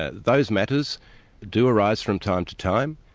ah those matters do arise from time to time.